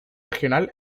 regional